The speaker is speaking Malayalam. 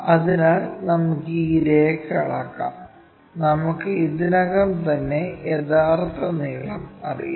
അതിനാൽ നമുക്ക് ഈ രേഖ അളക്കാം നമുക്ക് ഇതിനകം തന്നെ യഥാർത്ഥ നീളം അറിയാം